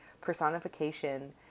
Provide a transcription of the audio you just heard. personification